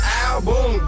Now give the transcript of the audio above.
album